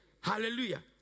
Hallelujah